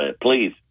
please